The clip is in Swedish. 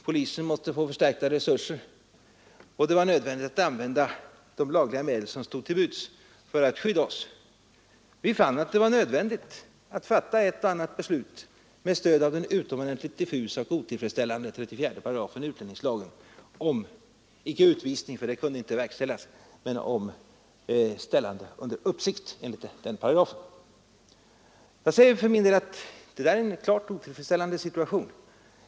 Polisen måste få förstärkta resurser, och det är nödvändigt att använda de lagliga medel som stod till buds för att skydda oss. Vi fann att det var nödvändigt att fatta ett och annat beslut med stöd av den utomordentligt diffusa och otillfredsställande 34 § utlänningslagen, icke om utvisning, för sådan kunde icke verkställas, utan om ställande under uppsikt enligt denna paragraf. Jag säger för min del att det var en klart otillfredsställande situation.